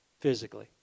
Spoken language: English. physically